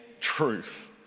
truth